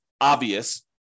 obvious